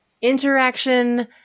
Interaction